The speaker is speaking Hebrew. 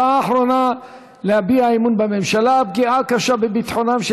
הצעה אחרונה להביע אי-אמון בממשלה: פגיעה קשה בביטחונם של